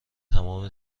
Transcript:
تمام